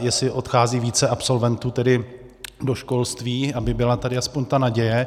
Jestli odchází více absolventů tedy do školství, aby byla tady aspoň ta naděje.